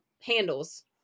handles